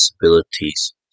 disabilities